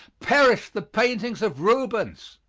perished the paintings of rubens!